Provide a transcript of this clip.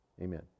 Amen